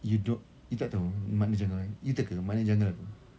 you do~ you tak tahu makna janggal you teka makna janggal apa